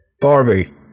Barbie